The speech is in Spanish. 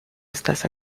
estas